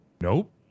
Nope